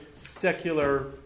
secular